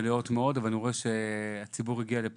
אני רואה שהציבור הגיע גם לפה,